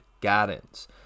guidance